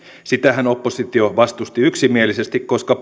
sitähän oppositio vastusti yksimielisesti koska